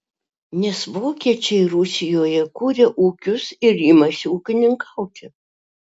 nes vokiečiai rusijoje kuria ūkius ir imasi ūkininkauti